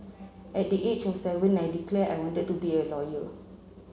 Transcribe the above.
at the age of seven I declared I wanted to be a lawyer